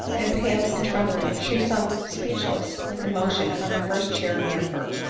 and pale and trembling she sunk speechless with emotion on the first chair near her.